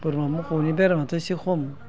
बोरमा मोखौनि बेरामाथ' एसे खम